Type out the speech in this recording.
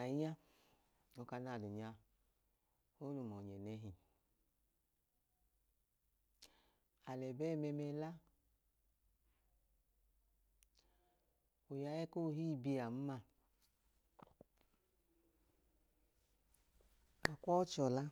Ainya, ọka nadum nya olum ọnyẹ nẹhi alẹbẹ ẹmẹmẹ la oyaẹẹ kohii biyan maa akwọọchọla